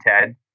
Ted